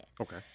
Okay